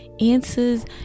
answers